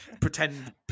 pretend